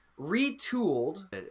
retooled